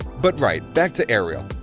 but right! back to ariel!